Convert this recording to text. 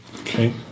Okay